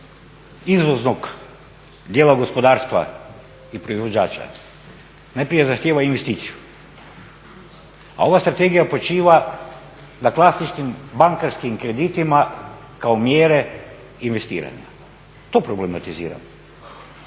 izvoznog dijela gospodarstva i proizvođača najprije zahtjeva investiciju, a ova strategija počiva na klasičnim bankarskim kreditima kao mjere investiranja. To problematiziram.